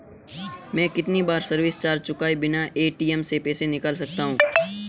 मैं कितनी बार सर्विस चार्ज चुकाए बिना ए.टी.एम से पैसे निकाल सकता हूं?